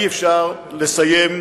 אי-אפשר לסיים,